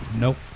Nope